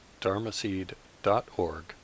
dharmaseed.org